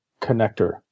connector